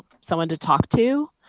someone to talk to,